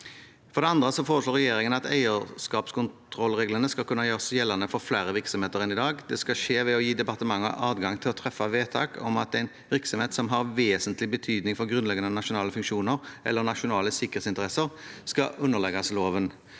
For det andre foreslår regjeringen at eierskapskontrollreglene skal kunne gjøres gjeldende for flere virksomheter enn i dag. Det skal skje ved å gi departementet adgang til å treffe vedtak om at en virksomhet som har vesentlig betydning for grunnleggende nasjonale funksjoner eller nasjonale sikkerhetsinteresser, skal under legges loven.